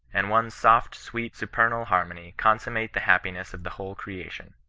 and one soft, sweet, supernal, harmony consunmiate the happiness of the whole creation.